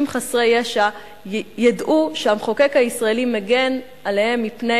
חסרי ישע ידעו שהמחוקק הישראלי מגן עליהם מפני